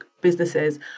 businesses